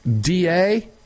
DA